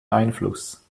einfluss